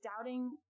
doubting